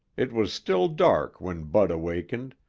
it was still dark when bud awakened,